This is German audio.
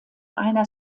einer